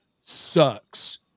sucks